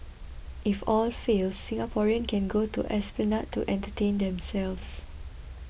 if all fails Singaporeans can go to Esplanade to entertain themselves